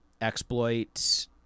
exploits